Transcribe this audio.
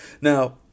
Now